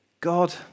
God